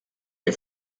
que